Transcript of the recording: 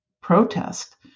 protest